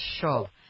Sure